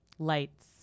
Lights